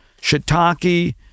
shiitake